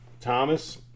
Thomas